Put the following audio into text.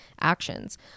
actions